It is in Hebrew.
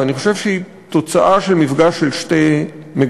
ואני חושב שהיא תוצאה של מפגש של שתי מגמות: